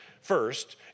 first